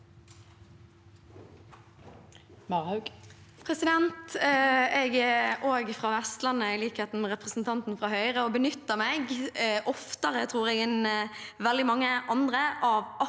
Jeg er også fra Vest- landet, i likhet med representanten fra Høyre, og benytter meg oftere, tror jeg, enn veldig mange andre av akkurat